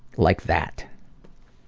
like that?